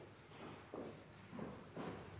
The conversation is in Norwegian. alle